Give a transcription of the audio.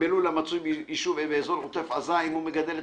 בלול המצוי ביישוב באזור עוטף עזה אם הוא מגדל את